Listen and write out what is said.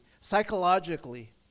psychologically